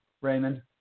Raymond